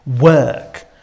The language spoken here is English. work